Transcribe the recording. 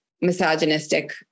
misogynistic